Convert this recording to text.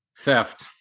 theft